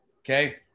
okay